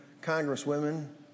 congresswomen